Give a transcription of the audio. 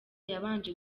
yabanje